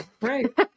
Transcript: Right